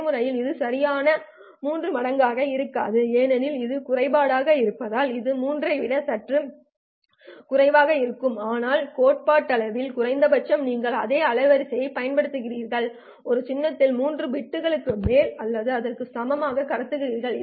நடைமுறையில் இது சரியாக மூன்று மடங்காக இருக்காது ஏனெனில் இதில் குறைபாடுகள் இருப்பதால் இது 3 ஐ விட சற்றே குறைவாக இருக்கும் ஆனால் கோட்பாட்டளவில் குறைந்தபட்சம் நீங்கள் அதே அலைவரிசையைப் பயன்படுத்துகிறீர்கள் ஒரு சின்னத்திற்கு 3 பிட்களுக்கு மேல் அல்லது அதற்கு சமமாக கடத்துகிறீர்கள்